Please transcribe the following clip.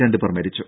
രണ്ടുപേർ മരിച്ചു